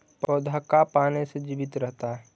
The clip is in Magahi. पौधा का पाने से जीवित रहता है?